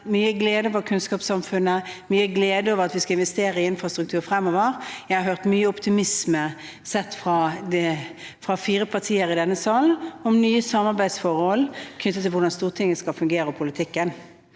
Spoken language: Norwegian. mye glede over kunnskapssamfunnet, mye glede over at vi skal investere i infrastruktur fremover. Jeg har hørt mye optimisme sett fra fire partier i denne salen om nye samarbeidsforhold knyttet til hvordan Stortinget skal fungere, og til politikken.